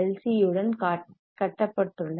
C உடன் கட்டப்பட்டுள்ளது